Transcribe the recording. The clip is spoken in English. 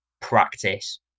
Practice